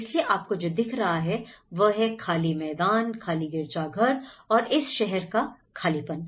इसलिए आपको जो दिख रहा है वह है खाली मैदान खाली गिरजाघर और इस शहर का खालीपन